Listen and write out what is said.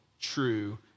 true